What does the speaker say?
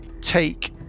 take